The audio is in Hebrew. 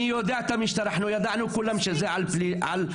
אני ידענו כולם שזה על ---.